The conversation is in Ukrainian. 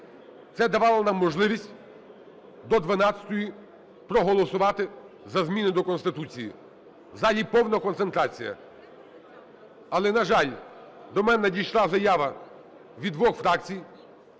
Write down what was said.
Це давало б нам можливість до 12-ї проголосувати за зміни до Конституції. В залі повна концентрація. Але, на жаль, до мене надійшла заява від двох фракцій